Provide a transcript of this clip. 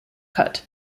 cut